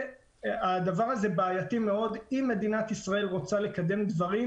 הדבר הזה בעייתי מאוד אם מדינת ישראל רוצה לקדם דברים,